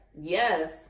Yes